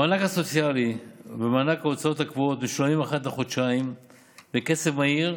המענק הסוציאלי ומענק ההוצאות קבועות משולמים אחת לחודשיים בקצב מהיר,